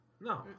no